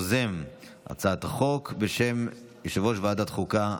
יוזם הצעת החוק, בשם יושב-ראש ועדת חוקה.